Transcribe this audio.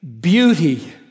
beauty